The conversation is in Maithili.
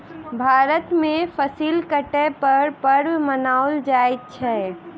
भारत में फसिल कटै पर पर्व मनाओल जाइत अछि